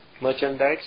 merchandise